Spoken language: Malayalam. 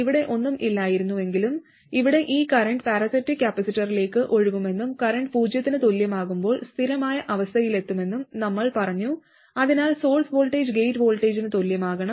ഇവിടെ ഒന്നും ഇല്ലായിരുന്നുവെങ്കിൽ ഇവിടെ ഈ കറന്റ് പാരാസൈറ്റിക് കപ്പാസിറ്ററിലേക്ക് ഒഴുകുമെന്നും കറന്റ് പൂജ്യത്തിന് തുല്യമാകുമ്പോൾ സ്ഥിരമായ അവസ്ഥയിലെത്തുമെന്നും നമ്മൾ പറഞ്ഞു അതിനാൽ സോഴ്സ് വോൾട്ടേജ് ഗേറ്റ് വോൾട്ടേജിന് തുല്യമാകണം